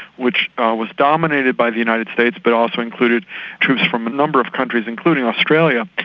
which was dominated by the united states but also included troops from a number of countries, including australia,